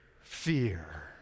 Fear